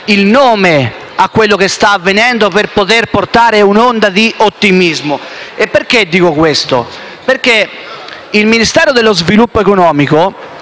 il nome a quello che sta avvenendo per poter portare un'onda di ottimismo. E perché dico questo? Lo dico perché il Ministero dello sviluppo economico,